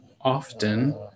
often